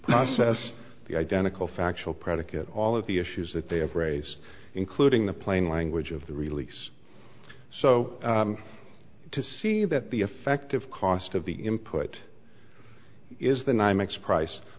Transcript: process the identical factual predicate all of the issues that they have raised including the plain language of the release so to see that the effective cost of the input is the nymex price